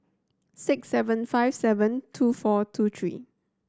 six seven five seven two four two three